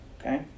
Okay